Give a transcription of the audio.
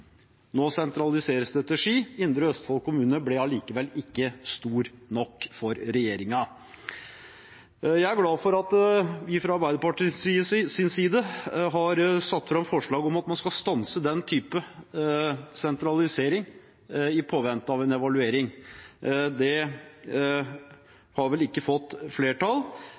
nå sentraliseres det til Ski. Indre Østfold kommune ble allikevel ikke stor nok for regjeringen. Jeg er glad for at vi fra Arbeiderpartiets side har satt fram forslag om at man skal stanse den type sentralisering i påvente av en evaluering. Det har vel ikke fått flertall,